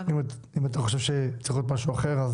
אתה חושב שצריך להיות משהו אחר?